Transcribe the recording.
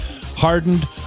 hardened